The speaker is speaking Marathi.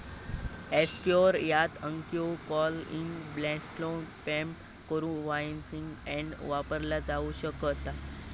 स्टोअर यात किंवा ऑनलाइन कॉन्टॅक्टलेस पेमेंट करुक व्हर्च्युअल कार्ड वापरला जाऊ शकता